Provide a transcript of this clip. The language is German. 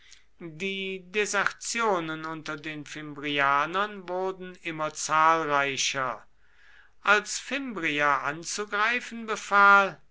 die desertionen unter den fimbrianern wurden immer zahlreicher als fimbria anzugreifen befahl